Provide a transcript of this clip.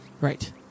Right